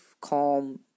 calm